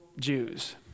Jews